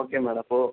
okay madam അപ്പോൾ